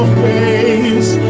face